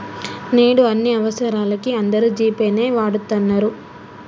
నేడు అన్ని అవసరాలకీ అందరూ జీ పే నే వాడతన్నరు